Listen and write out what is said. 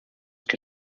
que